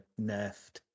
nerfed